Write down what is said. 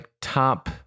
top